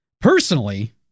Personally